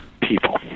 people